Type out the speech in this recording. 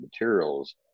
materials